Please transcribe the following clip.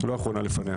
לא אחרונה, לפניה.